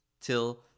till